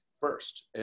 first